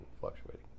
fluctuating